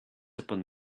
upon